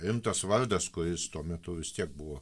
rimtas vardas kuris tuo metu vis tiek buvo